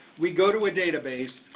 we go to a database,